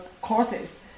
courses